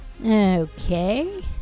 okay